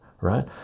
right